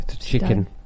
Chicken